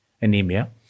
anemia